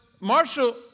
Marshall